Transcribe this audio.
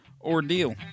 ordeal